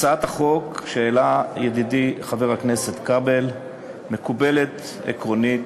הצעת החוק שהעלה ידידי חבר הכנסת כבל מקובלת עקרונית.